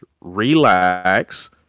relax